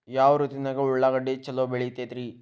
ಯಾವ ಋತುವಿನಾಗ ಉಳ್ಳಾಗಡ್ಡಿ ಛಲೋ ಬೆಳಿತೇತಿ ರೇ?